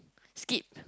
skip